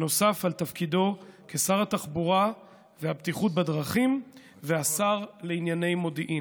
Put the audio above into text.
נוסף על תפקידו כשר התחבורה והבטיחות בדרכים והשר לענייני מודיעין.